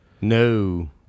No